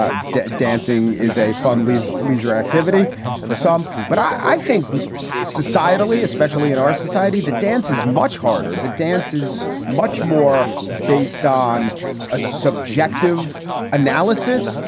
ah dancing is a fun live leisure activity for some. but i think societally, especially in our society, the dance is much harder. the dance is much more based on a subjective analysis.